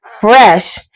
Fresh